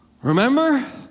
Remember